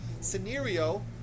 scenario